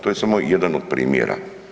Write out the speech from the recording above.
To je samo jedan od primjera.